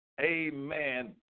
Amen